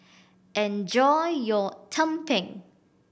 enjoy your tumpeng